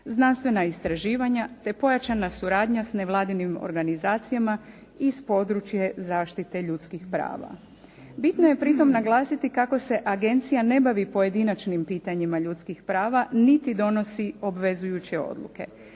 znanstvena istraživanja, te pojačana suradnja s nevladinim organizama iz područje zaštite ljudskih prava. Bitno je pritom naglasiti kako se agencija ne bavi pojedinačnim pitanjima ljudskih prava, niti donosi obvezujuće odluke.